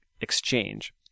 exchange